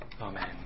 Amen